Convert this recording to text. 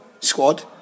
Squad